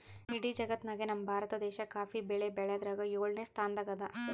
ಇಡೀ ಜಗತ್ತ್ನಾಗೆ ನಮ್ ಭಾರತ ದೇಶ್ ಕಾಫಿ ಬೆಳಿ ಬೆಳ್ಯಾದ್ರಾಗ್ ಯೋಳನೆ ಸ್ತಾನದಾಗ್ ಅದಾ